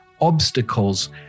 obstacles